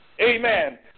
Amen